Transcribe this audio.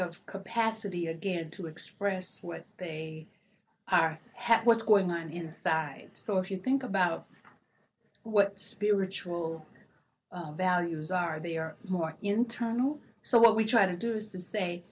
of capacity again to express what they are have what's going on inside so if you think about what spiritual values are they are more internal so what we try to do is to say